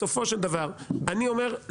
בסופו של דבר אני אומר,